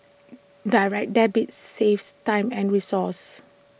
direct Debits saves time and resources